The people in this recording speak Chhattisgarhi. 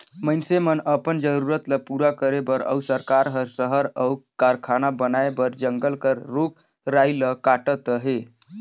मइनसे मन अपन जरूरत ल पूरा करे बर अउ सरकार हर सहर अउ कारखाना बनाए बर जंगल कर रूख राई ल काटत अहे